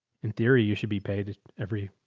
in theory, you should be paid every.